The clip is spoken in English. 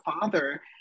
father